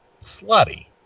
slutty